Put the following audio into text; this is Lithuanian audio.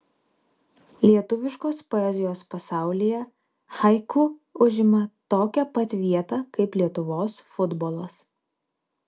lietuviškos poezijos pasaulyje haiku užima tokią pat vietą kaip lietuvos futbolas